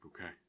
Okay